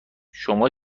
شما